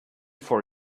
for